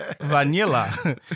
Vanilla